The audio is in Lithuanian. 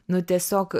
nu tiesiog